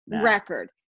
record